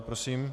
Prosím.